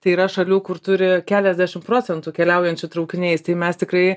tai yra šalių kur turi keliasdešimt procentų keliaujančių traukiniais tai mes tikrai